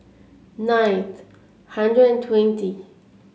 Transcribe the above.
nine hundred twenty